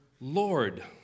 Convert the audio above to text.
Lord